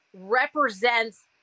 represents